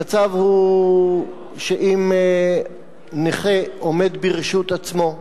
המצב הוא שאם נכה עומד ברשות עצמו,